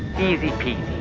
easy peasy.